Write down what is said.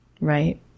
Right